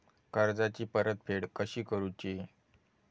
कर्जाची परतफेड कशी करूची?